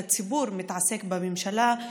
הציבור מתעסק בממשלה,